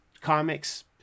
comics